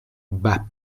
bapt